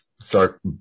start